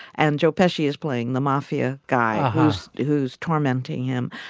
and joe pesci is playing the mafia guy who's who's tormenting him.